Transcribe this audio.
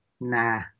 nah